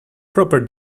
proper